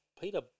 Peter